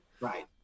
Right